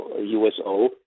USO